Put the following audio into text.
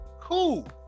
cool